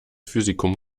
physikum